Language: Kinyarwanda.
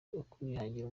ukwihangira